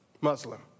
Muslim